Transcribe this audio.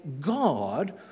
God